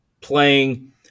playing